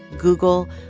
google,